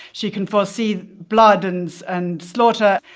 she can foresee blood and and slaughter.